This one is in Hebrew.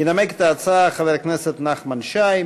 ינמק את ההצעה חבר הכנסת נחמן שי.